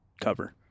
cover